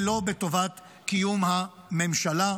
ולא בטובת קיום הממשלה.